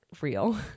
real